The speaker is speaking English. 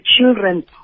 children